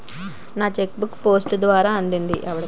నా cheque book post ద్వారా అందింది